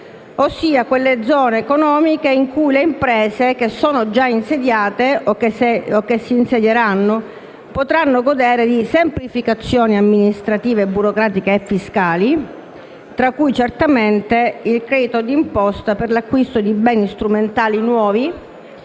ossia le zone in cui le imprese già insediate o che si insedieranno godranno di semplificazioni amministrativo-burocratiche e fiscali, tra cui certamente il credito di imposta per l'acquisto di beni strumentali nuovi,